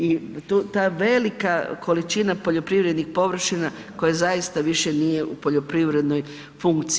I ta velika količina poljoprivrednih površina koje zaista više nije u poljoprivrednoj funkciji.